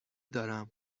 دارم